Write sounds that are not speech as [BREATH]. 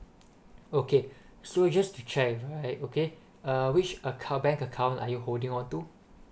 okay [BREATH] so just to check right okay uh which account bank account are you holding onto